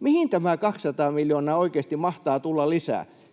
mihin tämä 200 miljoonaa oikeasti mahtaa tulla lisää.